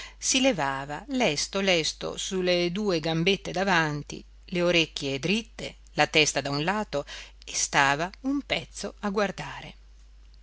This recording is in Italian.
si levava lesto lesto su le due zampette davanti le orecchie dritte la testa da un lato e stava un pezzo a guardare